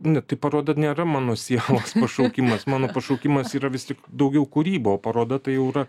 ne tai paroda nėra mano sielos pašaukimas mano pašaukimas yra vis tik daugiau kūryba o paroda tai jau yra